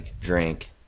drink